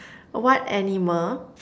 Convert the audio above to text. what animal